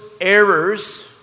errors